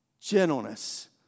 gentleness